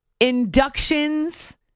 inductions